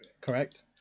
Correct